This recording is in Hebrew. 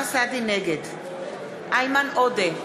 נגד איימן עודה,